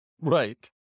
Right